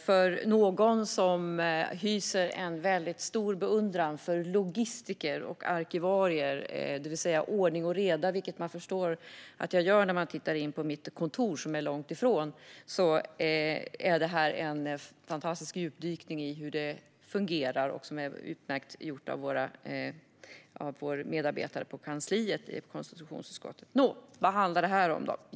För någon som hyser en mycket stor beundran för logistiker och arkivarier - det vill säga ordning och reda, vilket man förstår att jag gör när man tittar in på mitt kontor som är långt ifrån det - är detta en fantastisk djupdykning i hur det fungerar och som är utmärkt gjort av vår medarbetare på konstitutionsutskottets kansli. Vad handlar detta då om?